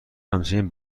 همچنین